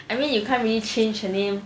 I mean you can't really change her name